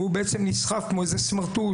והוא בעצם נסחב כמו איזה סמרטוט.